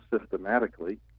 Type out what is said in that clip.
systematically